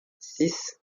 six